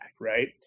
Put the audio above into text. right